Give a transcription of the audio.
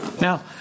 Now